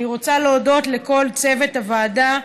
אני רוצה להודות לכל צוות הוועדה,